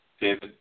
David